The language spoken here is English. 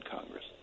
Congress